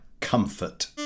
comfort